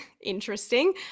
interesting